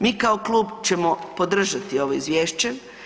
Mi kao klub ćemo podržati ovo Izvješće.